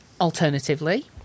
Alternatively